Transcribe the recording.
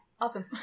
Awesome